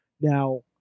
Now